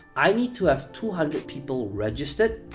i need to have two hundred people registered,